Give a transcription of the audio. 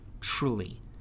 Truly